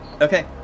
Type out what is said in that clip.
Okay